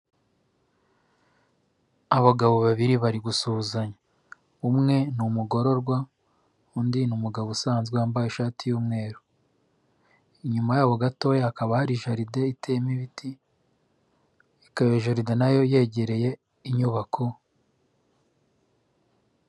Abagabo babiri bari gusuhuzanya, umwe n'umugororwa, undi ni umugabo usanzwe wambaye ishati y'umweru, inyuma yabo gatoya hakaba hari jaride iteyemo ibiti, ikaba iyo jaride nayo yegereye inyubako.